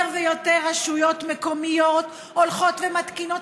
יותר ויותר רשויות מקומיות הולכות ומתקינות